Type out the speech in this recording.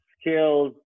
skills